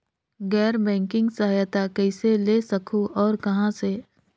गैर बैंकिंग सहायता कइसे ले सकहुं और कहाँ से?